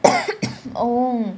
oh